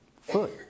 foot